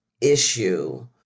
issue